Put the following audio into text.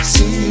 See